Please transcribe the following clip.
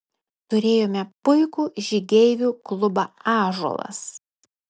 turėjome puikų žygeivių klubą ąžuolas